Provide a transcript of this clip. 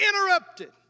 Interrupted